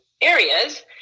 areas